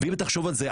ואם תחשוב על זה,